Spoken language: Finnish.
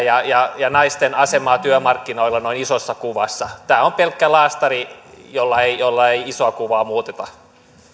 näitä vanhempien rooleja ja naisten asemaa työmarkkinoilla noin isossa kuvassa tämä on pelkkä laastari jolla ei isoa kuvaa muuteta